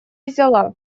взяла